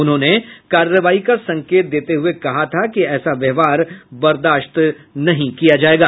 उन्होंने कार्रवाई का संकेत देते हुए कहा था कि ऐसा व्यवहार बर्दाश्त नहीं किया जाएगा